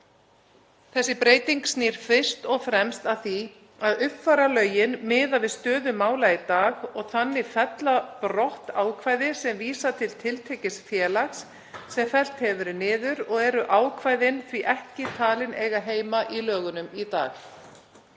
Þessi breyting snýr fyrst og fremst að því að uppfæra lögin miðað við stöðu mála í dag og þannig fella brott ákvæði sem vísa til tiltekins félags sem fellt hefur verið niður og eru ákvæðin því ekki talin eiga heima í lögunum í dag.